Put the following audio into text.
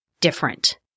different